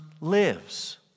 lives